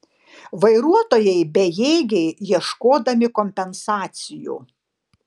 vairuotojai bejėgiai ieškodami kompensacijų